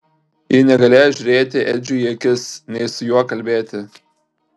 ji negalėjo žiūrėti edžiui į akis nei su juo kalbėti